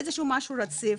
איזשהו משהו רציף.